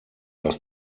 dass